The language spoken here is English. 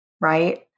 right